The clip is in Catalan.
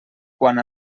quant